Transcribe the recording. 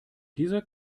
dieser